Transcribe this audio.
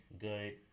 Good